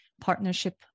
partnership